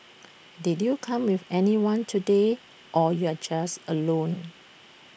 did you come with anyone today or you're just alone